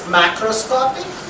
macroscopic